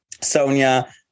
sonia